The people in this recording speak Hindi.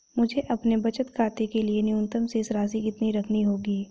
मुझे अपने बचत खाते के लिए न्यूनतम शेष राशि कितनी रखनी होगी?